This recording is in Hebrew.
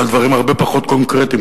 ועל דברים הרבה פחות קונקרטיים,